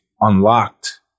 unlocked